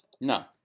No